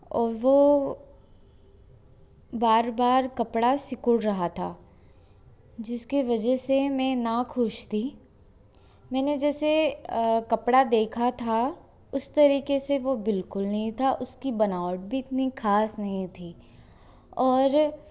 और वो बार बार कपड़ा सिकुड़ रहा था जिसकी वजह से मैं नाख़ुश थी मैंने जैसे कपड़ा देखा था उस तरीक़े से वो बिल्कुल नहीं था उसकी बनावट भी इतनी ख़ास नहीं थी और